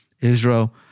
Israel